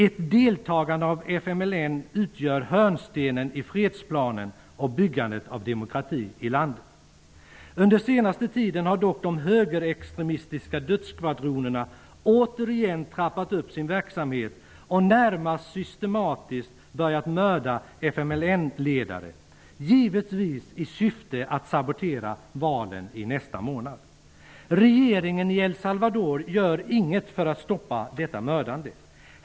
Ett deltagande av FMLN utgör hörnstenen i fredsplanen och byggandet av demokrati i landet. Under senaste tiden har dock de högerextremistiska dödsskvadronerna återigen trappat upp sin verksamhet och närmast systematiskt börjat mörda FMLN-ledare, givetvis i syfte att sabotera valen i nästa månad. Regeringen i El Salvador gör inget för att stoppa detta mördande.